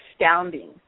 astounding